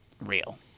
real